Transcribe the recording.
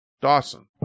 Dawson